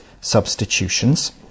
substitutions